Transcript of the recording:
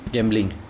Gambling